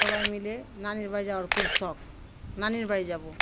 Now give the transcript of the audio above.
সবাই মিলে নানির বাড়ি যাওয়ার খুব শখ নানির বাড়ি যাব